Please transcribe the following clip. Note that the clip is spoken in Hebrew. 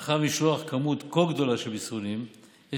מאחר שמשלוח כמות כה גדולה של מסרונים יש